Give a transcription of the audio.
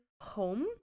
Home